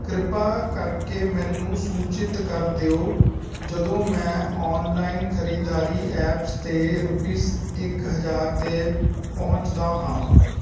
ਕ੍ਰਿਪਾ ਕਰਕੇ ਮੈਨੂੰ ਸੂਚਿਤ ਕਰ ਦਿਉ ਜਦੋਂ ਮੈਂ ਔਨਲਾਇਨ ਖਰੀਦਾਰੀ ਐਪਸ ਤੇ ਰੁਪੀਸ ਇਕ ਹਜਾਰ ਤੇ ਪਹੁੰਚਦਾ ਹਾਂ